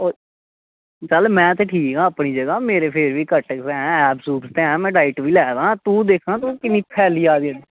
चल में ते ठीक आं अपनी जगह मेरे मेरे फिर बी ऐं कट ऐब्स ऐं में डाईट बी लऐआ दा तू दिक्ख तूं किन्नी फैली जा दी ऐ